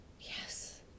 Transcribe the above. yes